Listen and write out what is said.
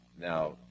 Now